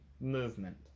movement